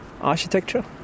Architecture